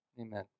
Amen